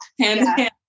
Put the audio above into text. hand-in-hand